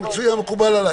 מצוין, מקובל עליי.